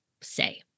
Say